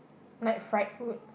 like fried food